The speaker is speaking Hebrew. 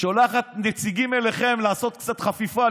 שולחת נציגים אליכם לעשות קצת חפיפה,